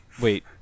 Wait